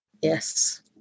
Yes